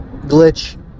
Glitch